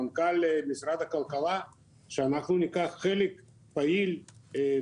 באמת חברת דוחובני פנו אלינו בבקשה לאשר להם חריגה מהוראות